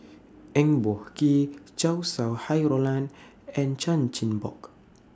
Eng Boh Kee Chow Sau Hai Roland and Chan Chin Bock